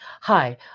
Hi